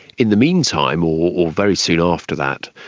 in the meantime or or very soon after that,